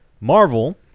Marvel